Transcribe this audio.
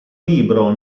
libro